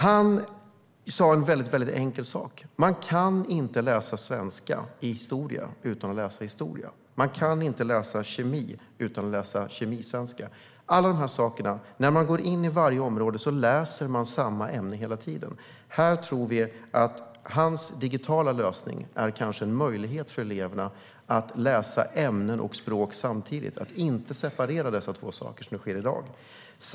Han sa en väldigt enkel sak: Man kan inte läsa svenska i historia utan att läsa historia, och man kan inte läsa kemi utan att läsa kemisvenska. När man går in i varje område läser man samma ämne hela tiden. Här tror vi att hans digitala lösning kanske är en möjlighet för eleverna att läsa ämnen och språk samtidigt och inte separera dessa två saker, vilket sker i dag.